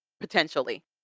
potentially